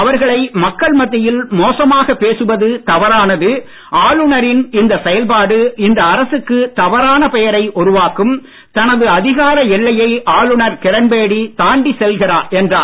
அவர்களை மக்கள் மத்தியில் மோசமாக பேசுவது தவறானது ஆளுநரின் இந்த செயல்பாடு இந்த அரசுக்கு தவறான பெயரை உருவாக்கும் தனது அதிகார எல்லையை ஆளுனர் கிரண்பேடி தாண்டி செல்கிறார் என்றார்